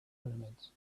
pyramids